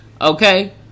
okay